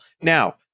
Now